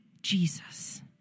Jesus